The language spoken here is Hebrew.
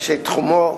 שתחומו